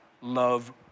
love